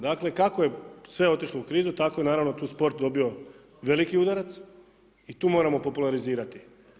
Dakle, kako je sve otišlo u krizu tako je naravno tu sport dobio veliki udarac i tu moramo popularizirati.